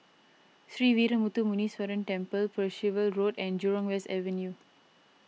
Sree Veeramuthu Muneeswaran Temple Percival Road and Jurong West Avenue